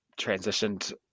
transitioned